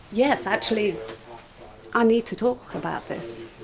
yes, actually i need to talk about this.